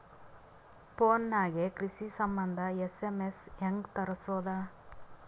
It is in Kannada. ಫೊನ್ ನಾಗೆ ಕೃಷಿ ಸಂಬಂಧ ಎಸ್.ಎಮ್.ಎಸ್ ಹೆಂಗ ತರಸೊದ?